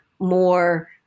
more